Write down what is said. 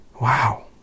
Wow